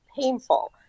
painful